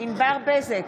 ענבר בזק,